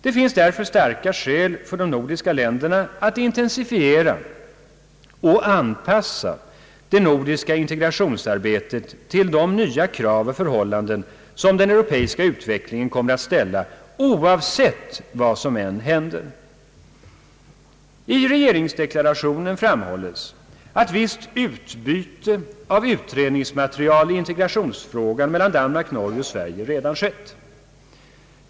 Det finns därför starka skäl för de nordiska länderna att intensifiera och anpassa det nordiska integrationsarbetet till de nya krav och förhållanden som den europeiska utvecklingen kommer att ställa, oavsett vad som än händer. I regeringsdeklarationen framhålles att visst utbyte av utredningsmaterial i integrationsfrågan mellan Danmark, Norge och Sverige redan skett.